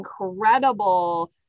incredible